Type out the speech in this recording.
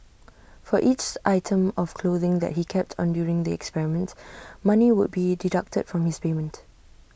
for each item of clothing that he kept on during the experiment money would be deducted from his experiment